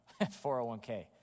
401k